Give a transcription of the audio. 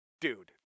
dude